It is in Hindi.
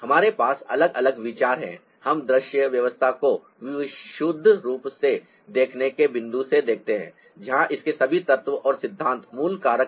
हमारे पास अलग अलग विचार हैं हम दृश्य व्यवस्था को विशुद्ध रूप से देखने के बिंदु से देखते हैं जहां इसके सभी तत्व और सिद्धांत मूल कारक हैं